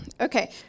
Okay